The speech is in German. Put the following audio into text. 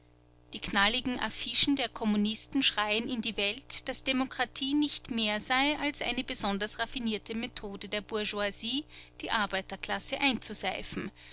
die knalligen affichen der kommunisten schreien in die welt daß demokratie nicht mehr sei als eine besonders raffinierte methode der bourgeoisie die arbeiterklasse einzuseifen